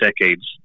decades